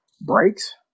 breaks